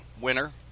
winner